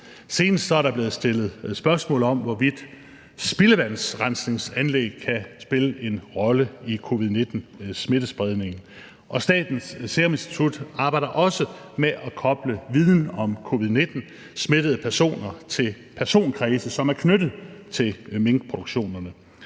senest blevet stillet spørgsmål om, hvorvidt spildevandsrensningsanlæg kan spille en rolle i covid-19-smittespredningen. Statens Serum Institut arbejder også med at koble viden om covid-19-smittede personer til personkredse, som er knyttet til minkproduktionerne.